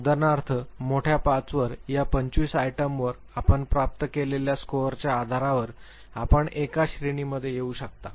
उदाहरणार्थ मोठ्या 5 वर या 25 आयटमवर आपण प्राप्त केलेल्या स्कोअरच्या आधारावर आपण एका श्रेणीमध्ये येऊ शकता